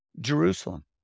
jerusalem